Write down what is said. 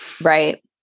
Right